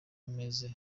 meze